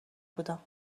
بودم